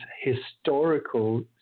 historical